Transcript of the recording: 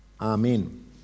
Amen